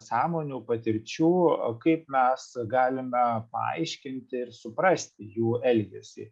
sąmonių patirčių kaip mes galime paaiškinti ir suprasti jų elgesį